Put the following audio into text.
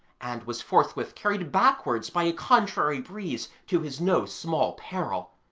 and was forthwith carried backwards by a contrary breeze, to his no small peril.